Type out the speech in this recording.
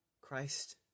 Christ